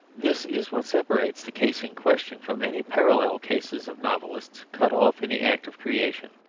this is what separates the case in question from any parallel cases of novelists cut off in the act of creation.